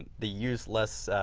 the use less